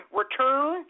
return